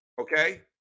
Okay